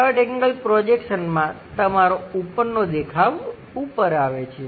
3rd angle પ્રોજેક્શનમાં તમારો ઉપરનો દેખાવ ઉપર આવે છે